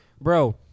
bro